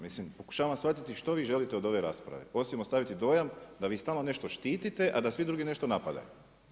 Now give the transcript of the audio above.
Mislim pokušavam shvatiti što vi želite od ove rasprave osim ostaviti dojam da vi stalno nešto štitite, a da svi drugi nešto napadaju.